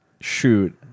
shoot